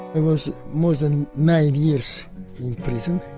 and was was more than nine years in prison.